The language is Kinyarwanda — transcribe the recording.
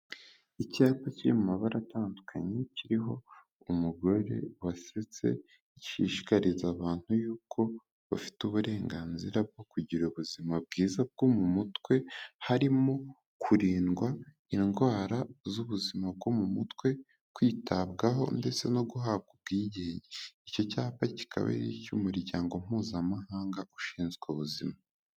Icyapa cy'amabara atandukanye kiriho umugore wasetse gishishikariza abantu yuko bafite uburenganzira bwo kugira ubuzima bwiza bwo mu mutwe harimo kurindwa indwara z'ubuzima bwo mu mutwe kwitabwaho ndetse no guhabwa ubwigenge icyo cyapa kikaba ari icy'umuryango mpuzamahanga ushinzwe ubuzima.